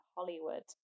Hollywood